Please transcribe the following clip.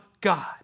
God